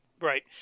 Right